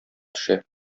төшә